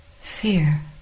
fear